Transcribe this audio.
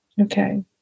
okay